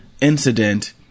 incident